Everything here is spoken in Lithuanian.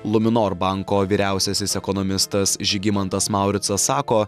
luminor banko vyriausiasis ekonomistas žygimantas mauricas sako